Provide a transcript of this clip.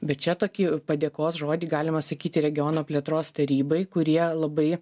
bet čia tokį padėkos žodį galima sakyti regiono plėtros tarybai kurie labai